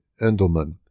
Endelman